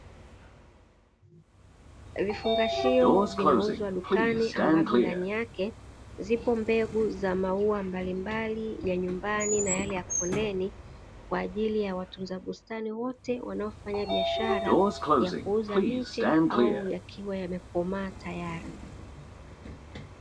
Vifungashio vinauzwa dukani, ambazo ndani yake ziko mbegu za maua ya nyumbani mbalimbali na yale ya kondeni, kwa ajili ya watunza bustani wote, wanaofanya biashara ya kuuza miche au yakiwa yamekomaa tayari.